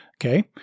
Okay